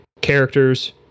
characters